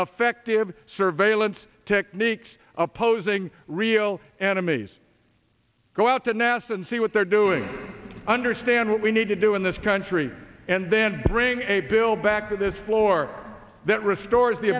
affective surveillance techniques opposing real enemies go out to nest and see what they're doing understand what we need to do in this country and then bring a bill back to this floor that restores the